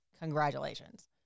Congratulations